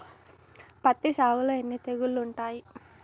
పత్తి సాగులో ఎన్ని తెగుళ్లు ఉంటాయి?